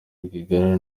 rwigara